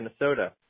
Minnesota